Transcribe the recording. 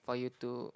for you to